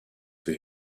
for